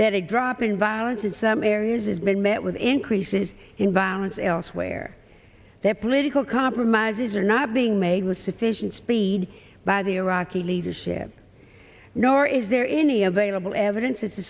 that a drop in violence in some areas has been met with increases in violence elsewhere their political compromises are not being made with sufficient speed by the iraqi leadership nor is there any available evidence that the